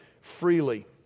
freely